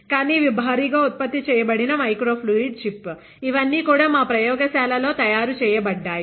కానీ ఇవి భారీగా ఉత్పత్తి చేయబడిన మైక్రో ఫ్లూయిడ్ చిప్ ఇవన్నీ కూడా మా ప్రయోగశాలలో తయారు చేయబడ్డాయి